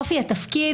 אופי התפקיד,